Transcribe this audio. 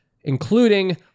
including